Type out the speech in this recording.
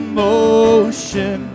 motion